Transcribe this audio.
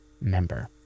member